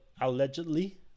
allegedly